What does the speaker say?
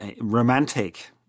Romantic